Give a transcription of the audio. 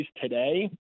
today